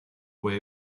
way